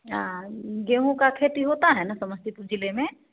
हाँ गेहूँ का खेती होता है ना समस्तीपुर जिले में